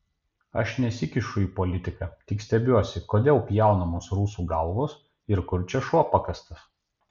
aš nesikišu į politiką tik stebiuosi kodėl pjaunamos rusų galvos ir kur čia šuo pakastas